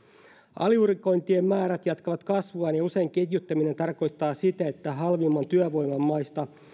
aliurakointien määrät jatkavat kasvuaan ja usein ketjuttaminen tarkoittaa sitä että halvimman työvoiman maista